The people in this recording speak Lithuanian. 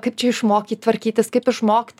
kaip čia išmokyt tvarkytis kaip išmokti